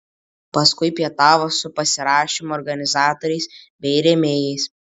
paskui pietavo su pasirašymo organizatoriais bei rėmėjais